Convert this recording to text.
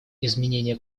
изменения